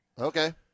Okay